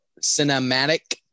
cinematic